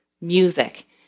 music